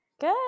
Good